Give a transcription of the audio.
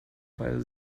weil